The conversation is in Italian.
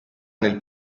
nel